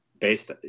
based